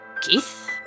Keith